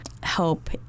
help